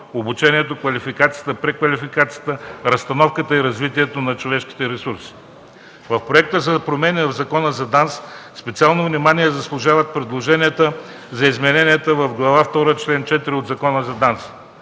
обучението, квалификацията, преквалификацията, разстановката и развитието на човешките ресурси. В проекта за промени в Закона за ДАНС специално внимание заслужават предложенията за измененията в Глава втора, чл. 4 от Закона за ДАНС.